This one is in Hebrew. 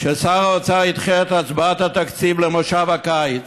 ששר האוצר ידחה את ההצבעה על התקציב למושב הקיץ,